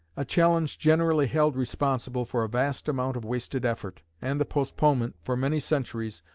a challenge generally held responsible for a vast amount of wasted effort, and the postponement, for many centuries,